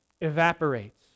evaporates